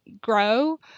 grow